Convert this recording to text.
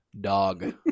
Dog